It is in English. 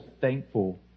thankful